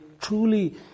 truly